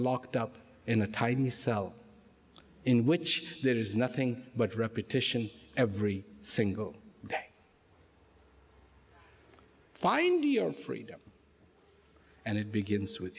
locked up in a tiny cell in which there is nothing but repetition every single day find your freedom and it begins with